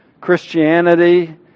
Christianity